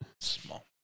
Small